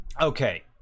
okay